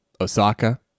Osaka